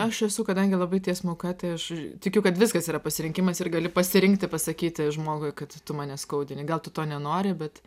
aš esu kadangi labai tiesmuka tai aš tikiu kad viskas yra pasirinkimas ir gali pasirinkti pasakyti žmogui kad tu mane skaudini gal tu to nenori bet